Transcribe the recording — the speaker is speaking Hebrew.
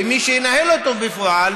ומי שינהל אותו בפועל,